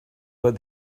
but